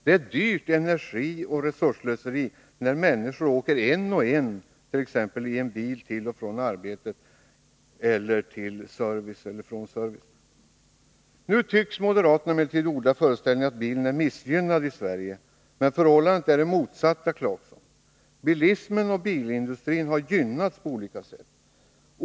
Det är ett dyrt energioch resursslöseri, när människor åker en och en i bil till och från arbetet eller till service eller från service. Nu tycks moderaterna emellertid odla föreställningen att bilen är missgynnad i Sverige. Förhållandet är det motsatta, Rolf Clarkson. Bilismen och bilindustrin har gynnats på olika sätt.